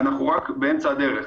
ואנחנו רק באמצע הדרך.